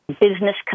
business